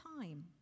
time